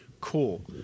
Cool